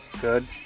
Good